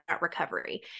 recovery